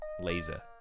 Laser